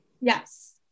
Yes